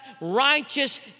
righteous